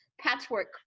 patchwork